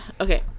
Okay